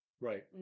Right